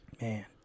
man